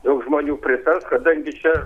daug žmonių pritars kadangi čia